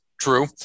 True